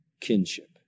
kinship